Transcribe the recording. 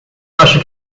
acho